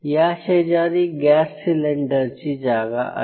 या शेजारी गॅस सिलेंडरची जागा आहे